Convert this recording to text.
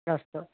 अस्तु